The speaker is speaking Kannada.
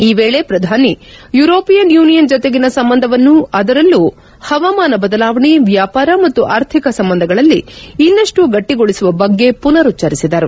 ಈ ವೇಳಿ ಪ್ರಧಾನಿ ಯುರೋಪಿಯನ್ ಯೂನಿಯನ್ ಜೊತೆಗಿನ ಸಂಬಂಧವನ್ನು ಅದರಲ್ಲೂ ಹವಾಮಾನ ಬದಲಾವಣೆ ವ್ಯಾಪಾರ ಮತ್ತು ಆರ್ಥಿಕ ಸಂಬಂಧಗಳಲ್ಲಿ ಇನ್ನಷ್ನು ಗಟ್ಟಿಗೊಳಿಸುವ ಬಗ್ಗೆ ಪುನರುಚ್ಚರಿಸಿದರು